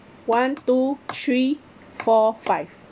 one two three four five